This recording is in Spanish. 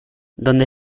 dónde